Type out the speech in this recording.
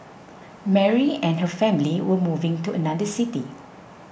Mary and her family were moving to another city